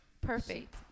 Perfect